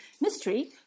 mystery